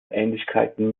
ähnlichkeiten